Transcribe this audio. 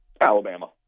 Alabama